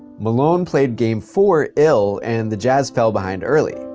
malone played game four ill, and the jazz fell behind early.